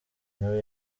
nawe